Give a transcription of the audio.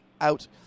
out